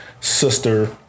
sister